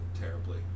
terribly